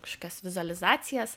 kažkas vizualizacijas